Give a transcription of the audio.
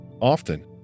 Often